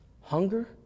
hunger